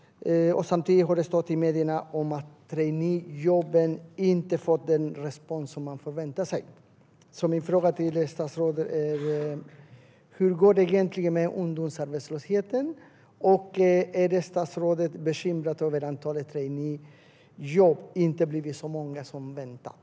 Samtidigt har det stått i medierna att traineejobben inte fått den respons som man förväntat sig. Min fråga till statsrådet är: Hur går det egentligen med ungdomsarbetslösheten? Är statsrådet bekymrad över att antalet traineejobb inte har blivit så många som väntat?